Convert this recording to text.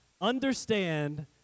understand